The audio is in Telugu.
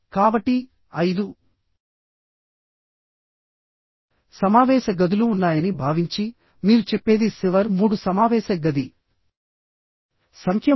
కాబట్టి ఐదు సమావేశ గదులు ఉన్నాయని భావించి మీరు చెప్పేది సిఆర్ మూడు సమావేశ గది సంఖ్య మూడు